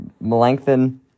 Melanchthon